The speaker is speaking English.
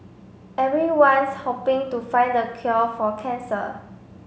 everyone's hoping to find the cure for cancer